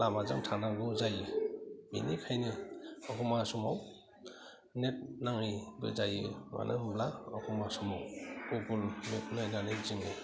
लामाजों थानांगौ जायो बेनिखायनो एखनब्ला समाव नेट नाङैबो जायो मानो होनब्ला एखनब्ला समाव गुगोल मेप नायनानै जोङो